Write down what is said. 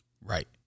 Right